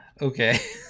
Okay